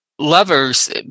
lovers